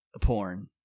porn